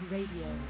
Radio